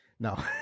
No